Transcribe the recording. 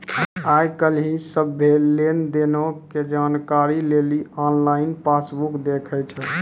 आइ काल्हि सभ्भे लेन देनो के जानकारी लेली आनलाइन पासबुक देखै छै